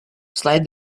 slide